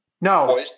No